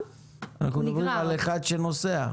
אנחנו מדברים על אחד שנוסע.